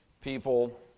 people